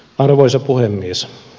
arvoisa puhemies